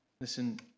Listen